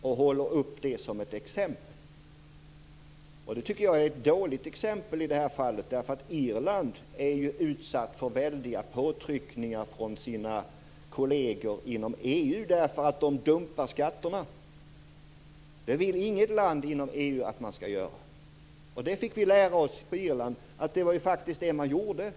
Han håller upp detta som ett exempel. Jag tycker att Irland är ett dåligt exempel. Landet är nämligen utsatt för väldiga påtryckningar från sina kolleger inom EU därför att det dumpar skatterna. Inget land inom EU vill att man skall göra det. Vi fick lära oss på Irland att det var just det som man gjorde där.